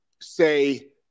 say